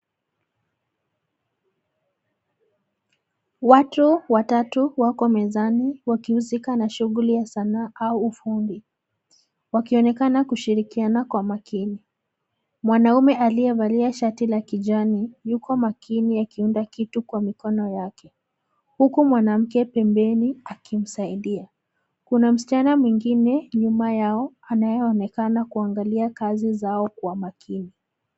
Watu watatu wako mezani wakihusika na shughuli ya sanaa au ufundi, wakionekana kushirikiana kwa makini. Mwanaume aliyevalia shati la kijani yuko makini akiunda kitu kwa mikono wake huku mwanamke pembeni akimsaidia. Kuna msichana mwingine nyuma yao anayeonekana kuangalia kazi zao kwa makini.